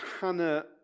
Hannah